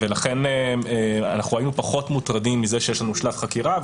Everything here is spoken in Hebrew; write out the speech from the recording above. ולכן היינו פחות מוטרדים מזה שיש לנו שלב חקירה,